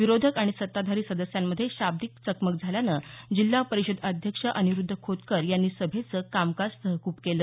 विरोधक आणि सत्ताधारी सदस्यांमध्ये शाब्दिक चकमक झाल्यानं जिल्हा परिषद अध्यक्ष अनिरुध्द खोतकर यांनी सभेचं कामकाज तहकूब केलं